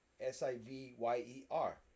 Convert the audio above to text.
S-I-V-Y-E-R